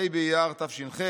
ה' אייר תש"ח,